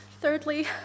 Thirdly